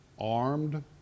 armed